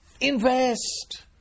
Invest